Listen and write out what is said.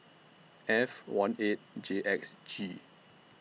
F one eight J X G